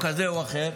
או כזה או אחר,